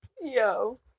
Yo